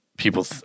People